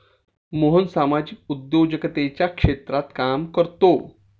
मोहन सामाजिक उद्योजकतेच्या क्षेत्रात काम करतो